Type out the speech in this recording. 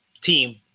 team